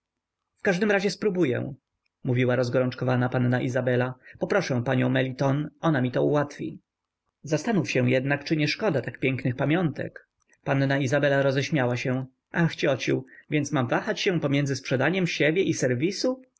w każdym razie spróbuję mówiła rozgorączkowana panna izabela poproszę panią meliton ona mi to ułatwi zastanów się jednak czy nie szkoda tak pięknych pamiątek panna izabela roześmiała się ach ciociu więc mam wahać się pomiędzy sprzedaniem siebie i serwisu